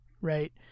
right